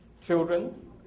children